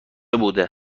بوده